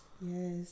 Yes